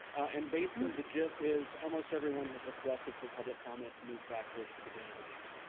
and basically the gist is almost everyone has requested for public comment to move back towards the beginning of the meeting.